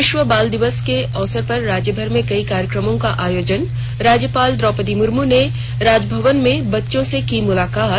विश्व बाल दिवस पर राज्यभर में कई कार्यक्रमों का आयोजन राज्यपाल द्वौपदी मुर्म्र ने राजभवन में बच्चों से की मुलाकात